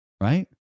right